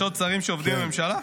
יש עוד שרים שעובדים בממשלה?